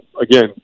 again